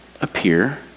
appear